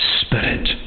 Spirit